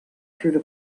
through